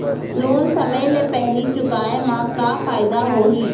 Loan समय ले पहिली चुकाए मा का फायदा होही?